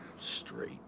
Straight